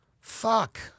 fuck